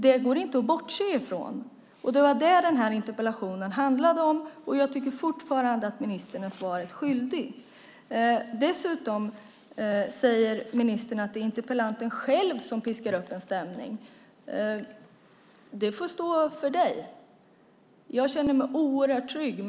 Det går inte att bortse från. Det är detta som den här interpellationen handlar om. Jag tycker fortfarande att ministern är svaret skyldig. Dessutom säger ministern att det är interpellanten själv som piskar upp en stämning. Det får stå för honom.